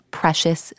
precious